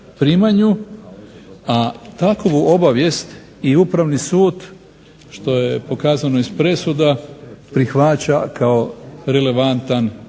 a takovu obavijest i upravni sud što je pokazano iz presuda prihvaća kao relevantan dokaz